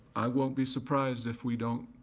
i won't be surprised if we don't